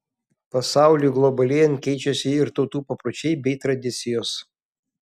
pasauliui globalėjant keičiasi ir tautų papročiai bei tradicijos